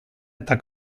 eta